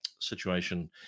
situation